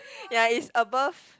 ya is above